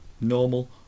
normal